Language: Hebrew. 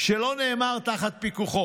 שלא לומר תחת פיקוחו,